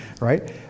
right